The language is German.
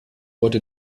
wurde